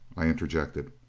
i interjected.